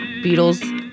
beatles